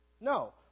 No